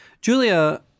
Julia